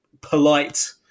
polite